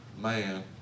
man